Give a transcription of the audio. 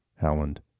Howland